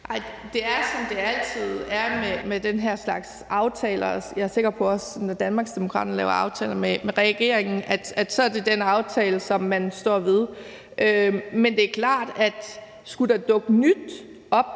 Ej, det er, som det altid er med den her slags aftaler. Jeg er også sikker på, at når Danmarksdemokraterne laver en aftale med regeringen, så er det den aftale, som man står ved. Men det er klart, at skulle der dukke nyt op,